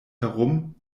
herum